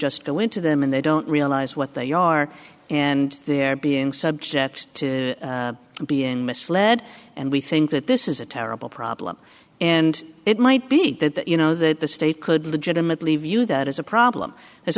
into them and they don't realize what they are and they're being subject to being misled and we think that this is a terrible problem and it might be that you know that the state could legitimately view that as a problem as